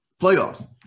playoffs